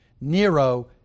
Nero